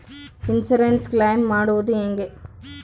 Insurance claim ಮಾಡದು ಹೆಂಗೆ?